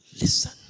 Listen